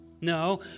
No